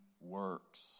works